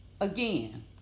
Again